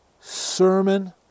sermon